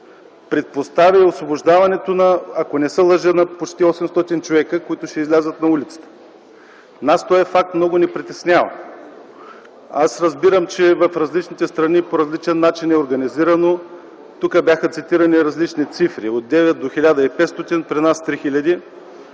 предпоставя освобождаването, ако не се лъжа, на почти 800 човека, които ще излязат на улицата. Нас този факт много ни притеснява. Аз разбирам, че в различните страни по различен начин е организирана тази дейност. Тук бяха цитирани различни цифри – от 9 до 1500, а при нас 3000